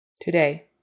Today